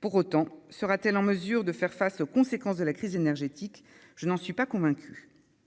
pour autant sera-t-elle en mesure de faire face aux conséquences de la crise énergétique, je n'en suis pas convaincu.